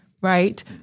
right